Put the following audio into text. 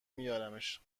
میارمش